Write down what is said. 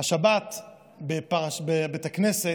השבת בבית הכנסת,